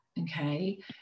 Okay